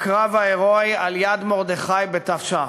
בקרב ההירואי על יד-מרדכי בתש"ח.